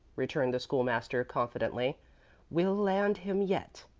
returned the school-master, confidently we'll land him yet.